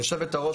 יושבת-הראש,